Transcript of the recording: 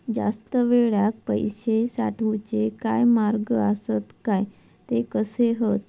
जास्त वेळाक पैशे साठवूचे काय मार्ग आसत काय ते कसे हत?